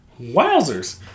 Wowzers